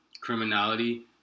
criminality